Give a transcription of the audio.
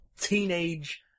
teenage